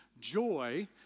joy